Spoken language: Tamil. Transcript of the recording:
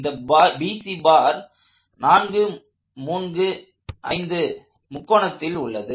இந்த BC பார் 435 முக்கோணத்தில் உள்ளது